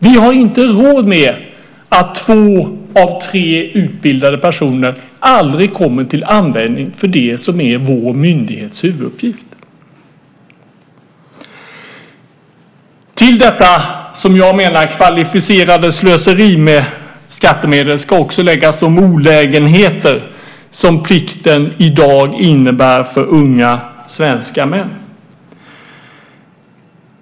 Vi har inte råd med att två av tre utbildade personer aldrig kommer till användning för det som är vår myndighets huvuduppgift. Till detta, som jag menar kvalificerade slöseri med skattemedel, ska också läggas de olägenheter som plikten i dag innebär för unga svenska män.